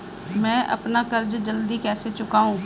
मैं अपना कर्ज जल्दी कैसे चुकाऊं?